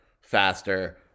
faster